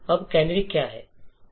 अब कैनरी क्या है